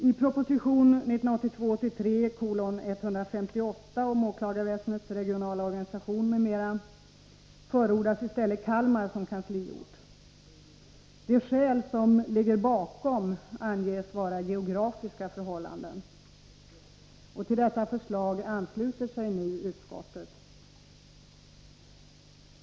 I proposition 1982/83:158 om åklagarväsendets regionala organisation m.m. förordas i stället Kalmar som kansliort. De skäl som ligger bakom anges vara geografiska förhållanden. Till detta förslag ansluter sig nu utskottet.